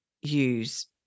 use